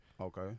Okay